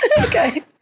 Okay